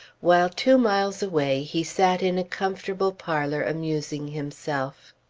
while two miles away he sat in a comfortable parlor amusing himself.